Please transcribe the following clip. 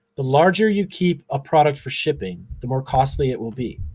the larger you keep a product for shipping the more costly it will be.